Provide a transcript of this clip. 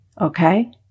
Okay